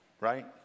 right